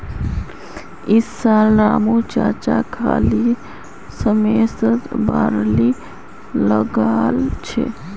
इस साल रामू चाचा खाली समयत बार्ली लगाल छ